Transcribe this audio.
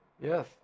Yes